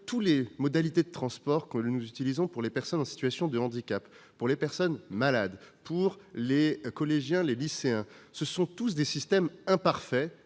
que les modalités de transport que nous utilisons pour les personnes en situation de handicap, pour les personnes malades, les collégiens ou les lycéens sont des systèmes imparfaits,